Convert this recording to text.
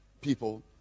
people